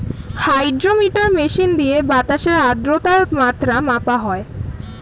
hydrometer machine দিয়ে বাতাসের আদ্রতার মাত্রা মাপা হয়